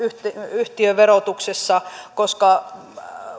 yhtiöverotuksessa koska